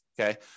okay